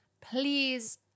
Please